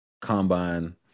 Combine